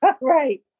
Right